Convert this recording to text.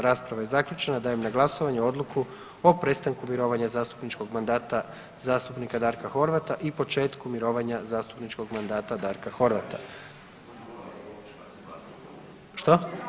Rasprava je zaključena, dajem na glasovanje Odluku o prestanku mirovanja zastupničkog mandata zastupnika Darka Horvata i početku mirovanja zastupničkog mandata Darka Horvata. ... [[Upadica se ne čuje.]] Što?